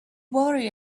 worry